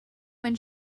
when